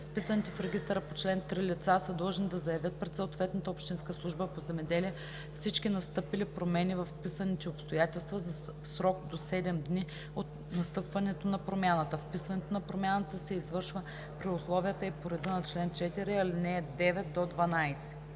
Вписаните в регистъра по чл. 3 лица са длъжни да заявят пред съответната общинска служба по земеделие всички настъпили промени във вписаните обстоятелства в срок до 7 дни от настъпването на промяната. Вписването на промяната се извършва при условията и по реда на чл. 4, ал. 9 – 12.“